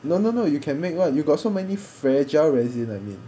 no no no you can make one you got so many fragile resin ah you